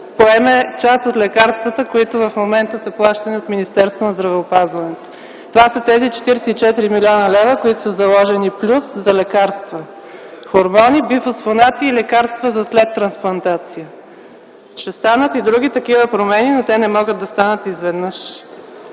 поеме част от лекарствата, които в момента са плащани от Министерството на здравеопазването. Това са тези 44 млн. лв., които са заложени плюс за лекарства – хормони, бифосфонати и лекарства за след трансплантация. Ще станат и други такива промени, но те не могат да станат изведнъж.